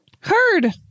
Heard